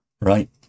right